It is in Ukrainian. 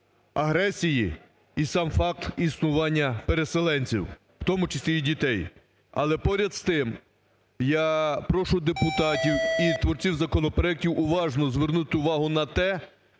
агресії і сам факт існування переселенців, в тому числі і дітей. Але поряд з тим, я прошу депутатів і творців законопроектів уважно звернути увагу на те,